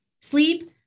sleep